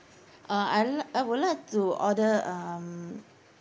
uh I'd li~ I would like to order um